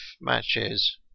matches